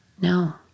No